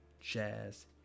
jazz